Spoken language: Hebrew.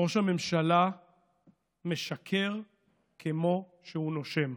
ראש הממשלה משקר כמו שהוא נושם.